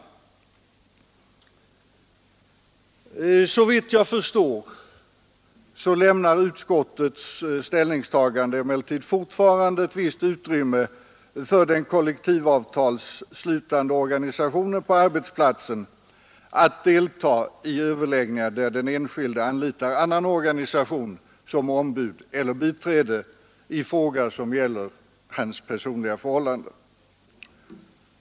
Såvitt jag förstår lämnar utskottets ställningstagande emellertid fortfarande ett visst utrymme för den kollektivavtalsslutande organisationen på arbetsplatsen att delta i överläggningar där den enskilde anlitar annan organisation som ombud eller biträde i fråga som gäller hans personliga förhållanden.